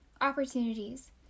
opportunities